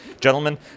Gentlemen